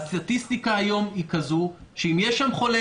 הסטטיסטיקה היום היא כזו שאם יש שם חולה